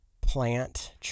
plant